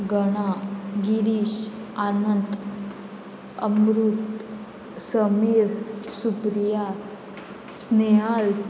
गणा गिरीश आनंत अमृत समीर सुप्रिया स्नेहाल